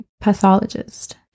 pathologist